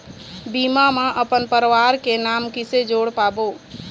बीमा म अपन परवार के नाम किसे जोड़ पाबो?